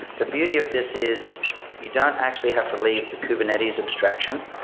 the beauty of this is you don't actually have to leave the kubernetes abstraction.